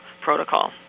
protocol